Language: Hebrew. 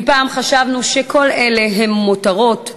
אם פעם חשבנו שכל אלה הם מותרות,